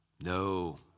No